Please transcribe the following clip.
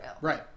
Right